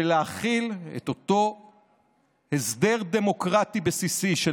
ולהחיל את אותו הסדר דמוקרטי בסיסי של